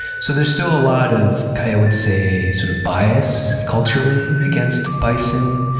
so there's still a lot of, i ah would say, sort of bias, culturally, against bison.